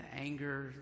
anger